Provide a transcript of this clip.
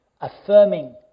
affirming